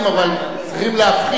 אין קשר.